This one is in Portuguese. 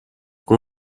com